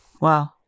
Wow